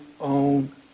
own